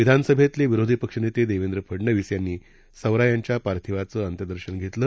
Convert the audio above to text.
विधानसभेतले विरोधी पक्ष नेते देवेंद्र फडनवीस यांनी सवरा यांच्या पार्थिवाचं अंत्यदर्शन घेतलं